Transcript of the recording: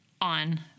on